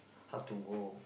hard to go